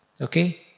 Okay